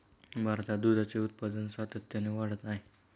भारतात दुधाचे उत्पादन सातत्याने वाढत आहे